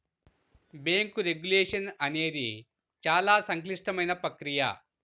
bank regulation అనేది చాలా సంక్లిష్టమైన ప్రక్రియ